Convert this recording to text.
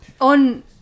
on